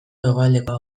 hegoaldekoa